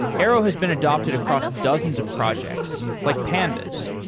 arrow has been adopted across dozens of projects, like pandas,